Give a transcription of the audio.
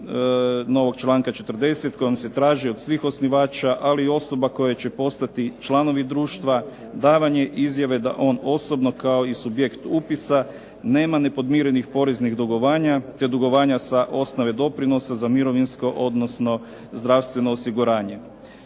novog članka 40. kojim se traži od svih osnivača, ali i osoba koje će postati članovi društva davanje izjave da on osobno kao i subjekt upisa nema nepodmirenih poreznih dugovanja, te dugovanja sa osnove doprinosa za mirovinsko, odnosno zdravstveno osiguranje.